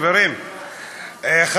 חברים,